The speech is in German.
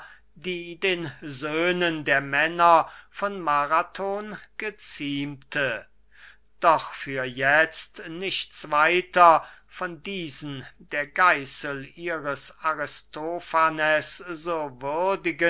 die den söhnen der männer von marathon geziemte doch für jetzt nichts weiter von diesen der geißel ihres aristofanes